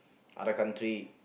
other country